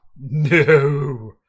no